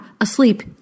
asleep